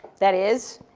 that is,